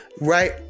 right